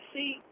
See